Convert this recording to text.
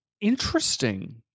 Interesting